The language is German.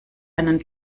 einen